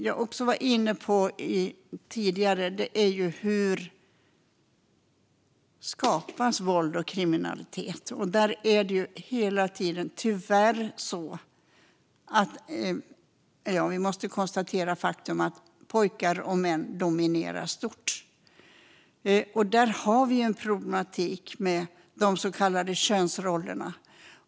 Jag var tidigare inne på hur våld och kriminalitet skapas. Vi måste konstatera det faktum att pojkar och män tyvärr dominerar stort. Där finns en problematik med de så kallade könsrollerna.